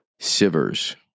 Sivers